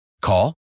Call